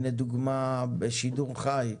הנה דוגמה בשידור חי.